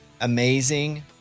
amazing